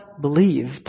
believed